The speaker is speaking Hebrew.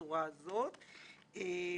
תודה, גברתי, על המילים.